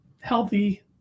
healthy